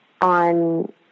on